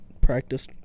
Practice